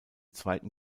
zweiten